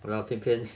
well 偏偏